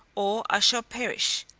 or i shall perish.